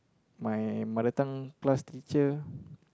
my mother tongue class teacher